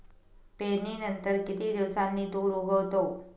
पेरणीनंतर किती दिवसांनी तूर उगवतो?